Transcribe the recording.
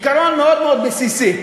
עיקרון מאוד מאוד בסיסי.